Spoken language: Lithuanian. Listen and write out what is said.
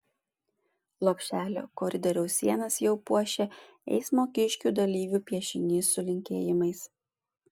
lopšelio koridoriaus sienas jau puošia eismo kiškių dalyvių piešinys su linkėjimais